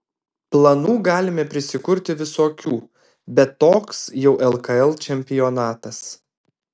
planų galime prisikurti visokių bet toks jau lkl čempionatas